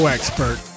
Expert